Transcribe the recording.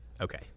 okay